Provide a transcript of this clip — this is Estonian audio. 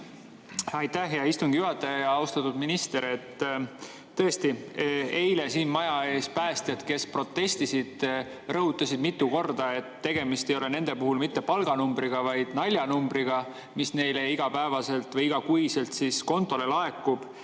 Aitäh, hea istungi juhataja! Austatud minister! Tõesti, eile siin maja ees päästjad, kes protestisid, rõhutasid mitu korda, et tegemist ei ole nende puhul mitte palganumbriga, vaid naljanumbriga, mis neile igapäevaselt või igakuiselt kontole laekub.